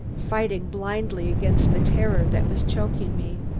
fighting blindly against the terror that was choking me.